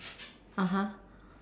(uh huh)